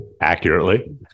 Accurately